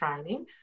training